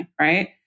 right